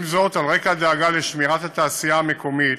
עם זאת, על רקע הדאגה לשמירת התעשייה המקומית,